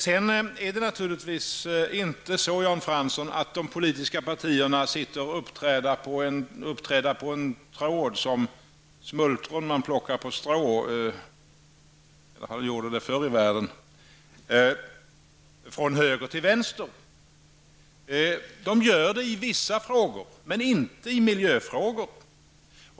Sedan är det naturligtvis inte så, Jan Fransson, att de politiska partierna sitter uppträdda på en tråd från höger till vänster som när man plockade smultron på ett strå förr i världen. De gör det i vissa frågor, men inte i miljöfrågor.